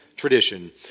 Tradition